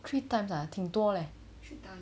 three times ah 挺多 leh